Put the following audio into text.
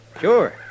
Sure